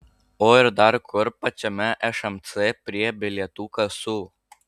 o ir dar kur pačiame šmc prie bilietų kasų